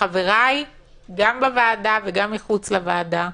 בחבריי גם בוועדה וגם מחוץ לוועדה.